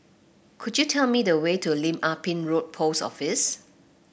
could you tell me the way to Lim Ah Pin Road Post Office